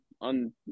on